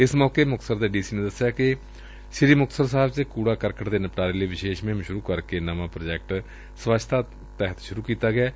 ਇਸ ਮੌਕੇ ਮੁਕਤਸਰ ਦੇ ਡੀ ਸੀ ਨੇ ਦੱਸਿਆ ਕਿ ਜ਼ਿਲ੍ਹਾ ਸ੍ਰੀ ਮੁਕਤਸਰ ਸਾਹਿਬ ਵਿੱਚ ਕੁੜਾ ਕਰਕਟ ਦੇ ਨਿਪਟਾਰੇ ਲਈ ਵਿਸੇਸ਼ ਮੁਹਿੰਮ ਸ਼ੁਰੁ ਕਰਕੇ ਇੱਕ ਨਵਾਂ ਪ੍ਰਾਜੈਕਟ ਸਵੱਛਤਾ ਤਹਿਤ ਸ਼ੁਰੂ ਕੀਤਾ ਗਿਐ